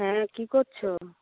হ্যাঁ কী করছ